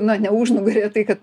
na ne užnugaryje tai kad